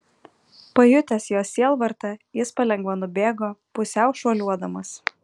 pajutęs jos sielvartą jis palengva nubėgo pusiau šuoliuodamas